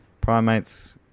primates